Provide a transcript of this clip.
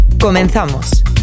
Comenzamos